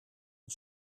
een